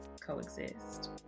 coexist